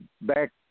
Back